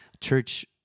church